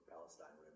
Palestine